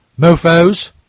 mofos